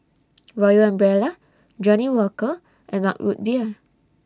Royal Umbrella Johnnie Walker and Mug Root Beer